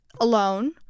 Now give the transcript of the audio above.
alone